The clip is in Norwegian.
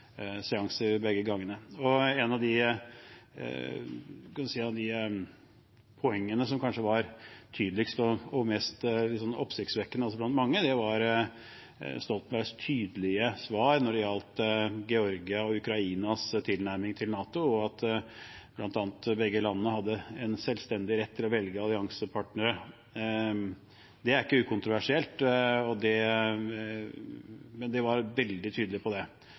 svar-seanser begge gangene. Et av de poengene som kanskje var tydeligst og mest oppsiktsvekkende for mange, var Stoltenbergs tydelige svar når det gjaldt Georgias og Ukrainas tilnærming til NATO, bl.a. at begge landene har en selvstendig rett til å velge alliansepartnere. Det er ikke ukontroversielt, men han var veldig tydelig på det.